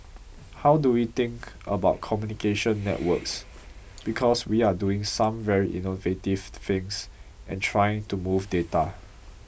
how do we think about communication networks because we are doing some very innovative things and trying to move data